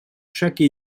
chaque